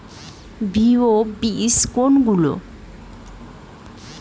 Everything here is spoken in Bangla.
ভিত্তি বীজ কোনগুলি?